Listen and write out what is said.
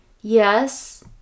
Yes